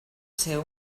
ser